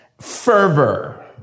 fervor